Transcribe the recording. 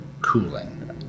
cooling